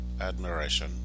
admiration